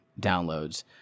downloads